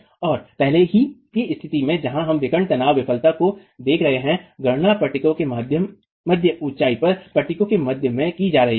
और पहले की स्थिति में जहां हम विकर्ण तनाव विफलता को देख रहे थे गणना पट्टिकों के मध्य ऊंचाई पर पट्टिकों के मध्य में की जा रही थी